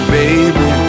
baby